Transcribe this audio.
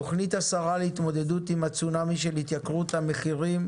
תוכנית השרה להתמודדות עם הצונאמי של התייקרות המחירים,